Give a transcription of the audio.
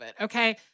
okay